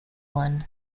one